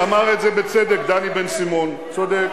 אמר את זה בצדק דני בן-סימון, צודק.